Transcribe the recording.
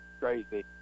crazy